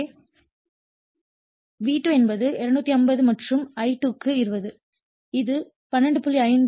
எனவே V2 என்பது 250 மற்றும் I2 க்கு 20 இது 12